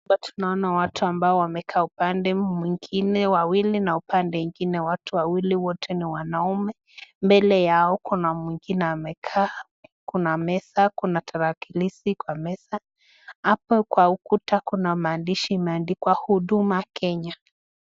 Hapa tunaona watu ambao wamekaa upande mwingine wawili na upande ingine watu wawili wote ni wanaume, mbele yao kuna mwingine amekaa, kuna meza, kuna tarakilishi kwa meza, hapa kwa ukuta kuna maandishi imeandikwa huduma kenya.